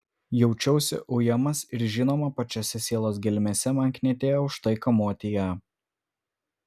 jaučiausi ujamas ir žinoma pačiose sielos gelmėse man knietėjo už tai kamuoti ją